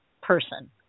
person